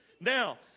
Now